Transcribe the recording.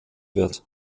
wird